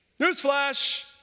Newsflash